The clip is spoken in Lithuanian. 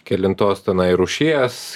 kelintos tenai rūšies